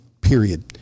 period